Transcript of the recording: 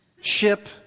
ship